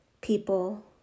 people